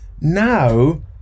Now